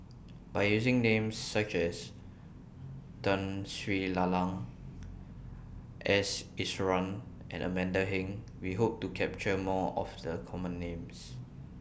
By using Names such as Tun Sri Lanang S Iswaran and Amanda Heng We Hope to capture More of The Common Names